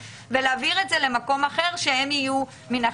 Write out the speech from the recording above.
ולהעביר את זה למקום אחר שהם יהיו מעין אחראי-על.